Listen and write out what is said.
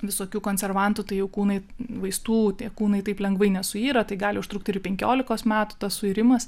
visokių konservantų tai jau kūnai vaistų tie kūnai taip lengvai nesuyra tai gali užtrukti ir penkiolikos metų tas suirimas